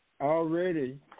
already